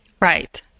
Right